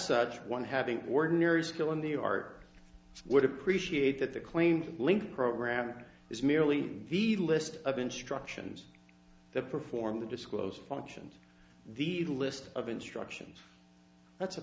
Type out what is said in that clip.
such one having ordinary skill in the art would appreciate that the claim link program is merely the list of instructions to perform the disclose functions the list of instructions that's a